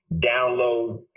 Download